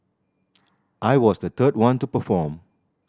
I was the third one to perform